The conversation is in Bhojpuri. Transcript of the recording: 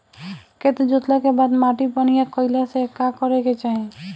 खेत जोतला के बाद माटी बढ़िया कइला ला का करे के चाही?